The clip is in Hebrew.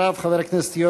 חבר הכנסת מנחם אליעזר מוזס,